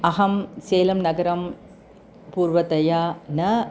अहं सेलं नगरं पूर्वतया न